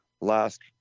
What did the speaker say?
last